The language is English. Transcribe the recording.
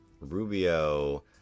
rubio